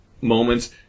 moments